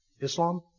Islam